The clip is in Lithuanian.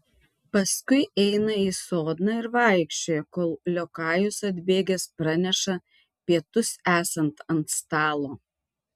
paskui eina į sodną ir vaikščioja kol liokajus atbėgęs praneša pietus esant ant stalo